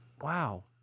Wow